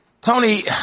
Tony